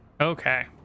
Okay